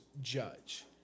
judge